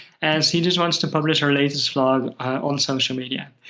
and she just wants to publish her latest vlog on social media.